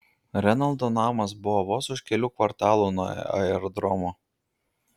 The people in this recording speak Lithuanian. renaldo namas buvo vos už kelių kvartalų nuo aerodromo